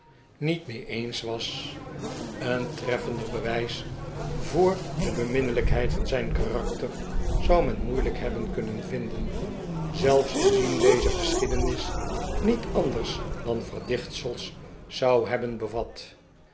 niet mee eens was een tref fender bewijs voor de beminlijkheid van zijn karakter zou men moeilijk hebben kunnen vinden zelfs indien deze geschiedenis niet anders dan verdichtsels zou hebben bevat